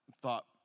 thought